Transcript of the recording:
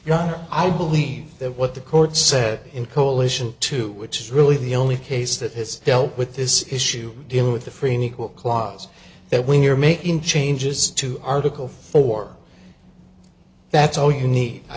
yun i believe that what the court said in coalition two which is really the only case that has dealt with this issue deal with the free and equal clause that when you're making changes to article four that's all you need i